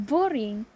Boring